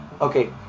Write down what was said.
okay